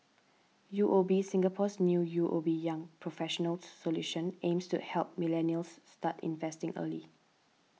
U O B Singapore's new U O B Young Professionals Solution aims to help millennials start investing early